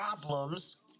problems